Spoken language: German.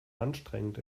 anstrengend